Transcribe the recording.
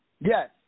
Yes